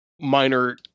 minor